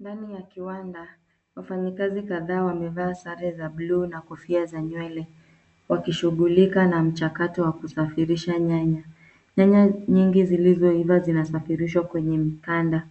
Ndani ya kiwanda, wafanyikazi kadhaa wamevaa sare za buluu na kofia za nywele, wakishughulika na mchakato wa kusafirisha nyanya. Nyanya nyingi zilizoiva zinasafirishwa kwenye mikanda.